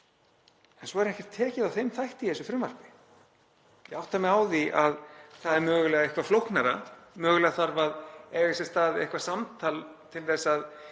en svo er ekkert tekið á þeim þætti í þessu frumvarpi. Ég átta mig á því að það er mögulega eitthvað flóknara. Mögulega þarf að eiga sér stað eitthvert samtal til að